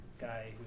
guy